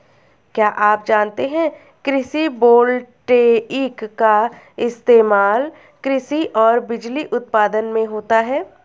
क्या आप जानते है कृषि वोल्टेइक का इस्तेमाल कृषि और बिजली उत्पादन में होता है?